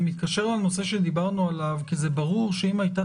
זה מתקשר לנושא שדיברנו עליו כי זה ברור שאם הייתה